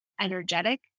energetic